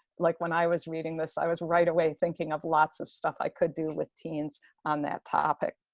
like when i was reading this, i was right away thinking of lots of stuff i could do with teens on that topic.